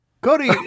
Cody